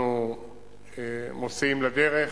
אנחנו מוציאים לדרך,